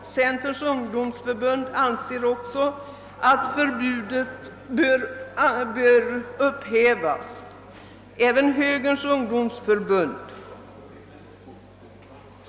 Centerns ungdomsförbund anser också att förbudet bör upphävas, liksom även Högerns ungdomsförbund.